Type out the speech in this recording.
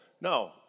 no